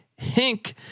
Hink